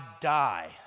die